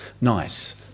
nice